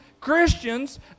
Christians